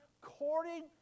courting